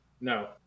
No